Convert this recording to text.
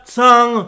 song